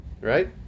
right